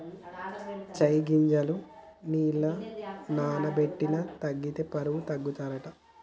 చై గింజలు నీళ్లల నాన బెట్టి తాగితే బరువు తగ్గుతారట